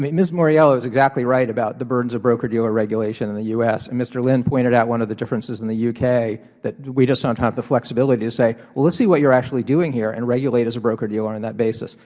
ms. mauriello is exactly right about the burdens of broker dealer regulation in the u s. mr. lynn pointed out one of the differences in the u k, that we just don't have the flexibility to say, well, let's see what you're actually doing here, and regulate as a broker dealer on that basis.